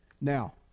Now